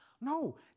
No